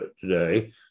today